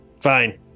fine